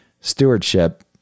stewardship